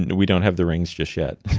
and we don't have the rings just yet,